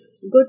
good